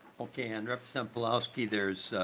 can drop some polaski there's